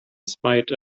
spite